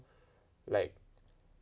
like